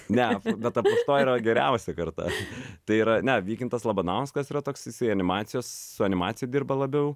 ne bet aploštoji yra geriausia karta tai yra ne vykintas labanauskas yra toks jisai animacijos animacija dirba labiau